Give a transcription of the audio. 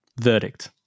verdict